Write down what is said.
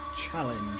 challenge